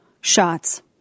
shots